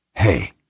Hey